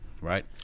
right